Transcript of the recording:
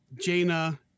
Jaina